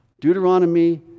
Deuteronomy